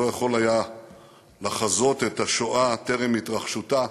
לא יכול היה לחזות את השואה טרם התרחשותה.